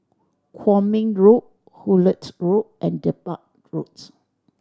Kwong Min Road Hullet Road and Dedap Roads